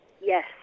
Yes